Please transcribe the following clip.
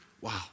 Wow